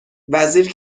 وزیر